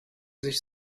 sich